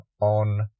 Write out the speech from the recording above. on